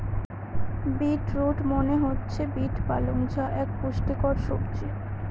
beet root মনে হচ্ছে beet পালং যা এক পুষ্টিকর সবজি